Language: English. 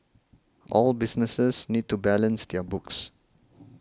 all businesses need to balance their books